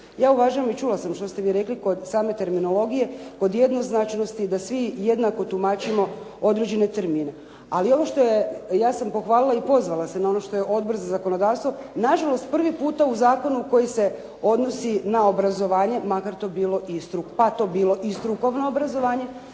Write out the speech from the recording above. Ja uvažavam i čula sam što ste vi rekli kod same terminologije kod jednoznačnosti da svi jednako tumačimo određene termine, ali ovo što je, ja sam pohvalila i pozvala se na ono što je Odbor za zakonodavstvo na žalost prvi puta u zakonu koji se odnosi na obrazovanje, makar to bilo … /Govornica se ne razumije./ … pa to bilo i strukovno obrazovanje,